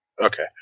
Okay